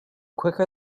quicker